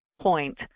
point